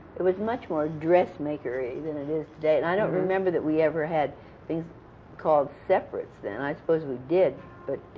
it was much more dressmaker-y than it is today, and i don't remember that we ever had things called separates then. i suppose we did, but